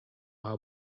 how